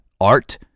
art